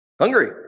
Hungry